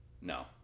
No